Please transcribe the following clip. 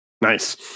nice